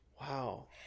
Wow